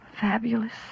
Fabulous